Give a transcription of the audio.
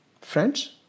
French